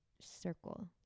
circle